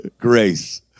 grace